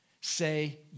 Say